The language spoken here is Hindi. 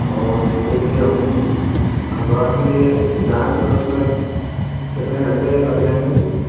और जैसे कि हम हरिद्वार के लिए जाएँ तो फिर उसमें कितने घंटे लग जायेंगे उसमें